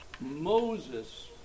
Moses